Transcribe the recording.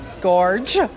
Gorge